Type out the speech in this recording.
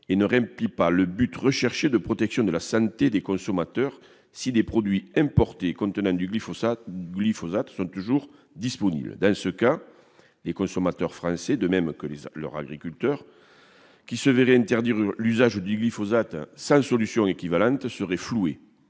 et n'atteint pas le but visé, à savoir la protection de la santé des consommateurs, si des produits importés contenant du glyphosate restent disponibles. Dans ce cas, les consommateurs français, de même que nos agriculteurs, qui se verraient interdire l'usage du glyphosate sans solution équivalente, seraient floués.